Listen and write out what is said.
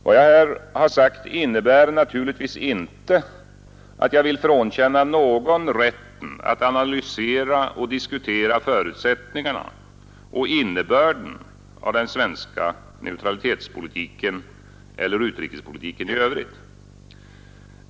Vad jag här har sagt innebär naturligtvis inte att jag vill frånkänna någon rätten att analysera och diskutera förutsättningarna och innebörden av den svenska neutralitetspolitiken eller utrikespolitiken i övrigt.